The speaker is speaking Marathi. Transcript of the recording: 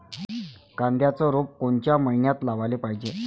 कांद्याचं रोप कोनच्या मइन्यात लावाले पायजे?